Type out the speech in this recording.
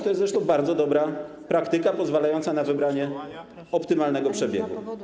To jest zresztą bardzo dobra praktyka, pozwalająca na wybranie optymalnego przebiegu.